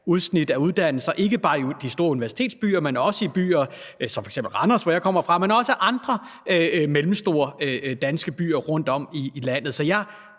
udsnit af uddannelser som muligt, ikke bare i de store universitetsbyer, men også i byer som f.eks. Randers, hvor jeg kommer fra, men også andre mellemstore danske byer rundtom i landet. Så jeg